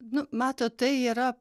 nu matot tai yra